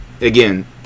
Again